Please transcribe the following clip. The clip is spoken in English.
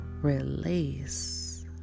release